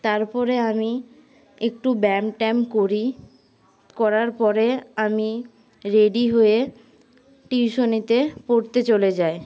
তারপরে আমি একটু ব্যাম ট্যাম করি করার পরে আমি রেডি হয়ে টিউশনিতে পড়তে চলে যাই